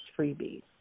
freebies